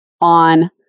on